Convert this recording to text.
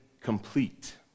complete